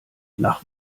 nach